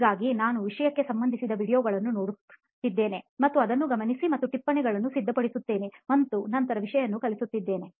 ಹಾಗಾಗಿ ನಾನು ವಿಷಯಕ್ಕೆ ಸಂಬಂಧಿಸಿದ ವೀಡಿಯೊಗಳನ್ನು ನೋಡುತ್ತಿದ್ದೇನೆ ಮತ್ತು ಅದನ್ನು ಗಮನಿಸಿ ಮತ್ತು ಟಿಪ್ಪಣಿಗಳನ್ನು ಸಿದ್ಧಪಡಿಸುತ್ತಿದ್ದೇನೆ ಮತ್ತು ನಂತರ ವಿಷಯವನ್ನು ಕಲಿಯುತ್ತಿದ್ದೇನೆ